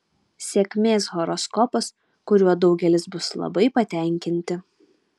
sėkmės horoskopas kuriuo daugelis bus labai patenkinti